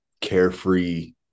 carefree